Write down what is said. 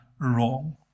wrong